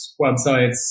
websites